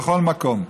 ובכל מקום.